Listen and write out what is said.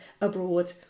abroad